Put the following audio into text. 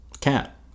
cat